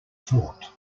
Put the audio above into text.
thought